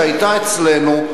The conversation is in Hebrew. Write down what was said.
שהיתה אצלנו,